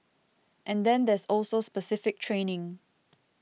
and then there's also specific training